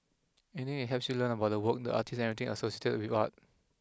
any that helps you learn about the work the artist everything associated with art